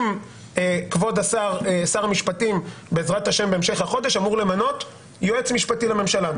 כבוד שר המשפטים בהמשך החודש אמור למנות יועץ משפטי לממשלה,